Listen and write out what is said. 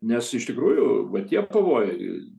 nes iš tikrųjų va tie pavojai